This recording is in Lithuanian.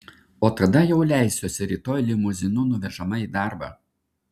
o tada jau leisiuosi rytoj limuzinu nuvežama į darbą